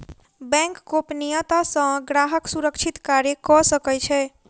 bank गोपनियता सॅ ग्राहक सुरक्षित कार्य कअ सकै छै